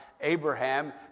Abraham